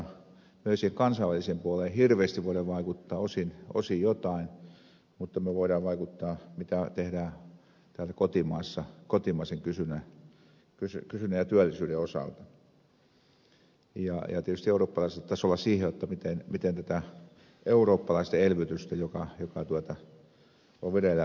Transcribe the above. me emme siihen kansainväliseen puoleen hirveästi voi vaikuttaa osin jotain mutta me voimme vaikuttaa siihen mitä tehdään täällä kotimaassa kotimaisen kysynnän ja työllisyyden osalta ja tietysti eurooppalaisella tasolla siihen miten tätä eurooppalaista elvytystä joka on vireillä hoidetaan